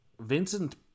Vincent